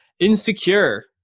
insecure